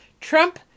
Trump